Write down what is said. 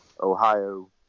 Ohio